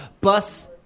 Bus